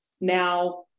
Now